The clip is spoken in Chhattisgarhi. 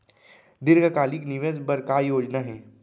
दीर्घकालिक निवेश बर का योजना हे?